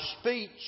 speech